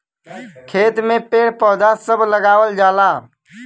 खेत में पेड़ पौधा सभ लगावल जाला